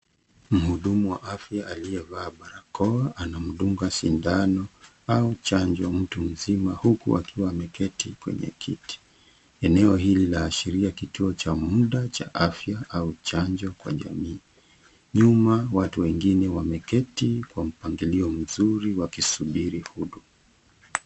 Mhudumu wa afya aliyevaa barakoa anamdunga sindano au chanjo mtu mzima huku akiwa ameketi kwenye kiti. Eneo hili laashiria kituo cha muda cha afya au chanjo kwa jamii. Nyuma watu wengine wameketi kwa mpangilio mzuri wakisubiri huduma.